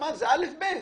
זה אל"ף-בי"ת.